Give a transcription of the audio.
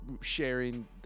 sharing